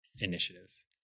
initiatives